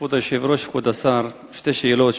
כבוד היושב-ראש, כבוד השר, שתי שאלות.